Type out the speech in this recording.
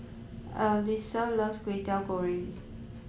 Alysa loves Kwetiau Goreng